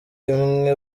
imwe